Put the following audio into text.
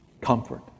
Comfort